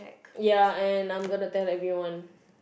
ya and I'm gonna tell everyone